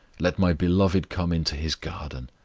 let my beloved come into his garden,